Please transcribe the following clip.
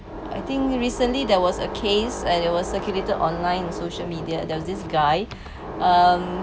I think recently there was a case and it was circulated online social media there was this guy um